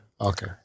Okay